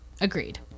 Agreed